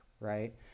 right